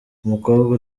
umukobwa